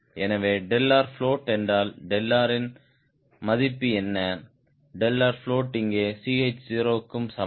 எனவே float என்றால் இன் மதிப்பு என்ன float எங்கே Ch 0 க்கு சமம்